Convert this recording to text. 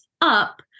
up